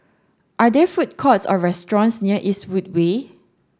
are there food courts or restaurants near Eastwood Way